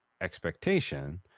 expectation